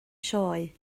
sioe